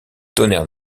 tonnerre